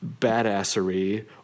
badassery